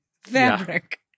fabric